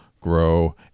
grow